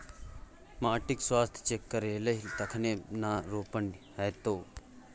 माटिक स्वास्थ्य चेक करेलही तखने न रोपनी हेतौ